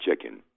chicken